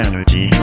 Energy